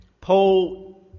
Paul